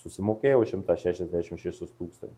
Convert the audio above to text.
susimokėjo šimtą šešiasdešimt šešis tūkstančius